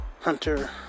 Hunter